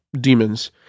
demons